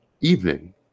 evening